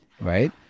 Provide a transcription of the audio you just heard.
right